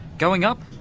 going up?